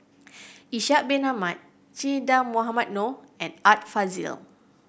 Ishak Bin Ahmad Che Dah Mohamed Noor and Art Fazil